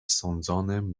sądzonym